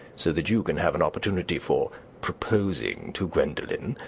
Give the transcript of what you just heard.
so that you can have an opportunity for proposing to gwendolen,